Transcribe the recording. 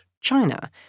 China